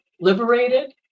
liberated